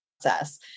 process